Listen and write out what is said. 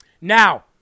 Now